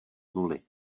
nuly